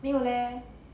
没有 leh